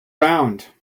bound